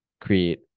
create